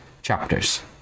chapters